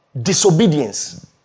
disobedience